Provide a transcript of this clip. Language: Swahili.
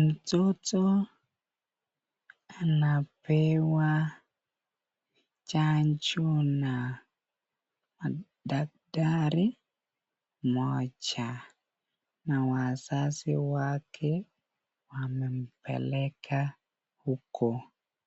Mtoto anapewa chanjo na daktari mmoja na wazazi wake wamempeleka huko